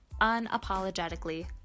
unapologetically